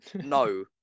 no